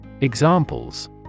Examples